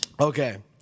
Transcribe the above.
Okay